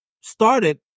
started